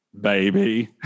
Baby